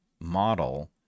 model